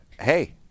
Hey